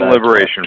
Liberation